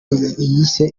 yise